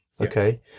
Okay